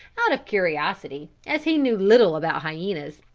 out of curiosity, as he knew little about hyenas.